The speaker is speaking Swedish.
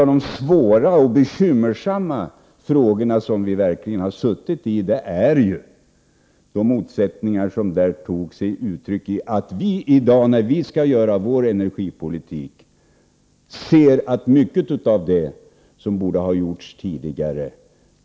Något av det mest bekymmersamma vi har varit utsatta för var ju de motsättningar som där kom till uttryck och som gjorde att vi i dag, när vi skall utforma vår energipolitik, ser att mycket av det som borde ha gjorts tidigare blev ogjort.